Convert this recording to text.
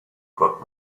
got